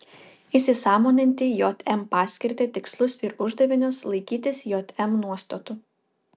įsisąmoninti jm paskirtį tikslus ir uždavinius laikytis jm nuostatų